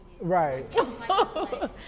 Right